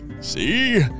See